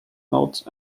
notes